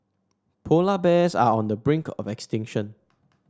polar bears are on the brink of extinction